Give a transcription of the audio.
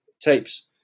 tapes